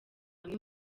amwe